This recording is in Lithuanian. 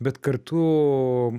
bet kartu